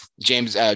James